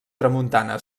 tramuntana